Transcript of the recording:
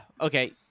Okay